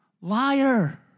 Liar